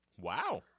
Wow